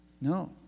No